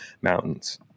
mountains